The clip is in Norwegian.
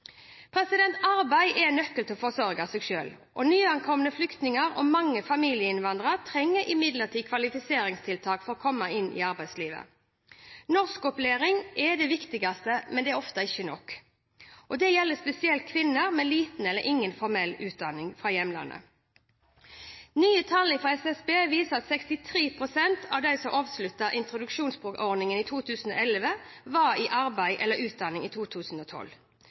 Arbeid er nøkkelen til å forsørge seg selv. Nyankomne flyktninger og mange familieinnvandrere trenger imidlertid kvalifiseringstiltak for å komme inn i arbeidslivet. Norskopplæring er det viktigste, men det er ofte ikke nok. Det gjelder spesielt kvinner med liten eller ingen formell utdanning fra hjemlandet. Nye tall fra SSB viser at 63 pst. av dem som avsluttet introduksjonsordningen i 2011, var i arbeid eller utdanning i 2012.